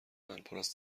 من، پراز